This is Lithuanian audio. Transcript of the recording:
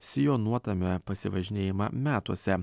sijonuotame pasivažinėjime metuose